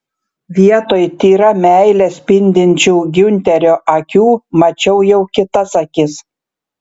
vietoj tyra meile spindinčių giunterio akių mačiau jau kitas akis